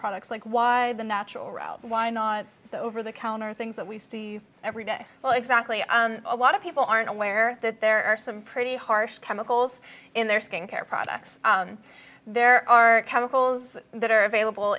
products like why the natural route why not go over the counter things that we see every day so exactly a lot of people aren't aware that there are some pretty harsh chemicals in their skincare products there are chemicals that are available